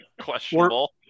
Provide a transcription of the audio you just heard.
Questionable